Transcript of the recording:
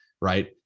right